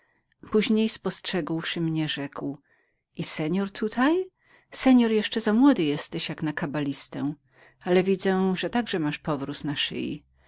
później spostrzegłszy mnie rzekł i pan tutaj pan jeszcze za młodym jesteś na kabalistę chociaż masz także powróz na szyi